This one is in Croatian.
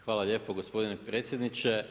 Hvala lijepo gospodine predsjedniče.